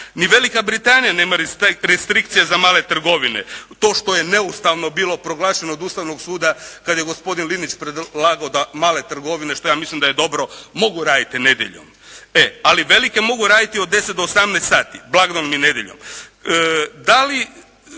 Ni Velika Britanija nema restrikcija za male trgovine. To što je neustavno bilo proglašeno od Ustavnog suda kad je gospodin Linić predlagao da male trgovine što ja mislim da je dobro mogu raditi nedjeljom. Ali velike mogu raditi od 10 do 18 sati blagdanom i nedjeljom.